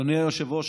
אדוני היושב-ראש,